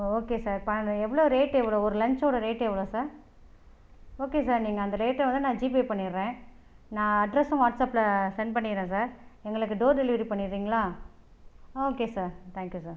okay sir எவ்வளோ rate எவ்வளோ ஒரு லஞ்ச்சோடய ரேட் எவ்வளோ சார் ஓகே சார் நீங்கள் அந்த ரேட் வந்து நான் ஜிபே பண்ணிடுறேன் நான் அட்ரஸும் வாட்ஸ்அஃப்பில் சென்ட் பண்ணிடுறேன் சார் எங்களுக்கு டோர் டெலிவரி பண்ணிடுருக்கீங்களா okay sir thank you sir